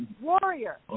Warrior